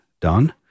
done